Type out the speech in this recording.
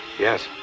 Yes